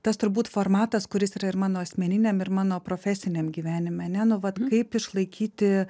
tas turbūt formatas kuris yra ir mano asmeniniam ir mano profesiniam gyvenime ane nu vat kaip išlaikyti